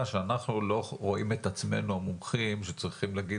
שאנחנו לא רואים את עצמנו המומחים שצריכים להגיד